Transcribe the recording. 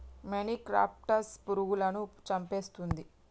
మొనిక్రప్టస్ పురుగులను చంపేస్తుందా?